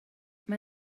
mae